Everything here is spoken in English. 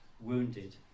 wounded